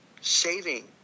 saving